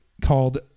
called